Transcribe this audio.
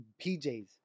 PJs